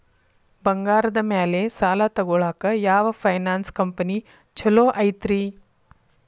ಬಂಗಾರದ ಮ್ಯಾಲೆ ಸಾಲ ತಗೊಳಾಕ ಯಾವ್ ಫೈನಾನ್ಸ್ ಕಂಪನಿ ಛೊಲೊ ಐತ್ರಿ?